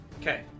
Okay